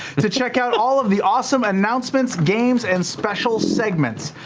to check out all of the awesome announcements, games, and special segments.